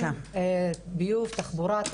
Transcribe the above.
תחבורה,